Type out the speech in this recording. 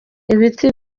ibiti